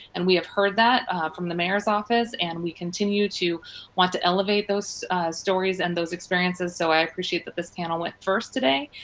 and we've heard that from the mayor's office, and we continue to want to elevate those stories and those experiences. so i appreciate that this panel went first today,